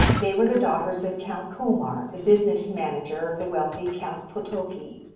they were the daughters of count komar, the business manager of the wealthy count potocki.